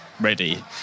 ready